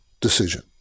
decision